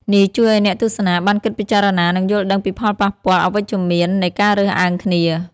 នេះជួយឱ្យអ្នកទស្សនាបានគិតពិចារណា និងយល់ដឹងពីផលប៉ះពាល់អវិជ្ជមាននៃការរើសអើងគ្នា។